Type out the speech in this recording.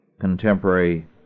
contemporary